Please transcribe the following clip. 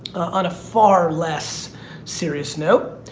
on a far less serious note,